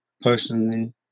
personally